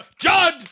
Judd